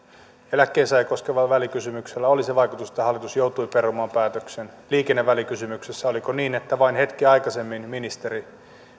eläkkeensaajia koskevalla välikysymyksellä oli se vaikutus että hallitus joutui perumaan päätöksen liikennevälikysymyksessä oliko niin että vain hetkeä aikaisemmin ministeri